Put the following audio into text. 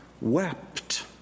wept